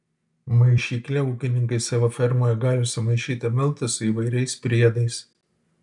maišykle ūkininkai savo fermoje gali sumaišyti miltus su įvairiais priedais